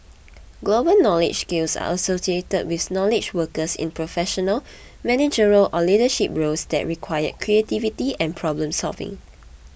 global knowledge skills are associated with knowledge workers in professional managerial or leadership roles that require creativity and problem solving